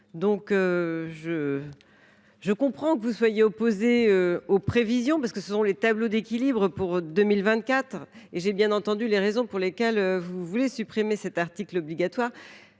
2022. Je comprends que vous soyez opposés aux prévisions que traduisent ces tableaux d’équilibre pour 2024, et j’ai bien entendu les raisons pour lesquelles vous voulez supprimer cet article obligatoire.